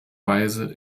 weise